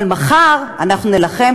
אבל מחר אנחנו נילחם,